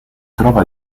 trova